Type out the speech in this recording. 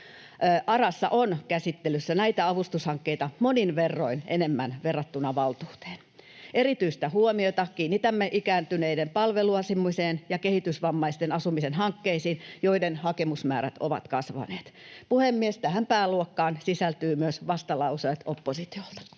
ARAssa on käsittelyssä näitä avustushankkeita monin verroin enemmän verrattuna valtuuteen. Erityistä huomiota kiinnitämme ikääntyneiden palveluasumiseen ja kehitysvammaisten asumisen hankkeisiin, joiden hakemusmäärät ovat kasvaneet. Puhemies! Tähän pääluokkaan sisältyvät myös vastalauseet oppositiolta.